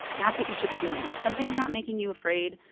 that's what you should be doing. if something's not making you afraid,